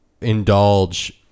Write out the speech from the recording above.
indulge